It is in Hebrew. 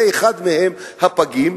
אחד מהם זה הפגים.